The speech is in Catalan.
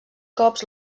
cops